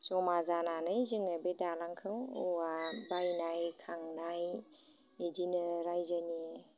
जमा जानानै जोङो बे दालांखौ औवा बायनाय खांनाय इदिनो रायजोनि